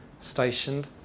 stationed